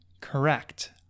Correct